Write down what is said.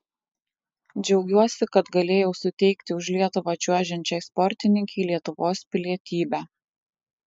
džiaugiuosi kad galėjau suteikti už lietuvą čiuožiančiai sportininkei lietuvos pilietybę